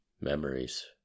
Memories